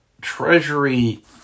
Treasury